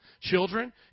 children